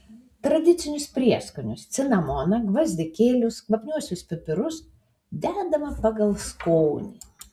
tradicinius prieskonius cinamoną gvazdikėlius kvapniuosius pipirus dedama pagal skonį